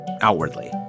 outwardly